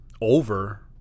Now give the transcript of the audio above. over